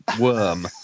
worm